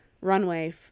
Runway